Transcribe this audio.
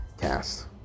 Cast